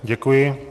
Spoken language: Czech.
Děkuji.